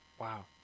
Wow